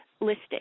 listing